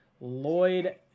Lloyd